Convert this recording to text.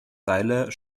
seiler